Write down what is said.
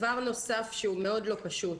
דבר נוסף שהוא מאוד לא פשוט.